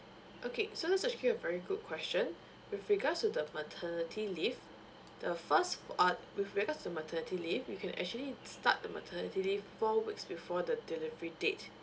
okay so that's actually a very good question with regards to the maternity leave the first uh with regards to maternity leave you can actually start the maternity leave four weeks before the delivery date